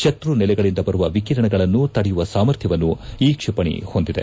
ಶತ್ರು ನೆಲೆಗಳಿಂದ ಬರುವ ವಿಕಿರಣಗಳನ್ನು ತಡೆಯುವ ಸಾಮರ್ಥ್ಯವನ್ನು ಈ ಕ್ಷಿಪಣೆ ಹೊಂದಿದೆ